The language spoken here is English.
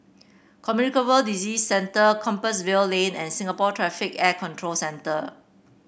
Communicable Disease Centre Compassvale Lane and Singapore Traffic Air Control Centre